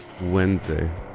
Wednesday